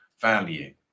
value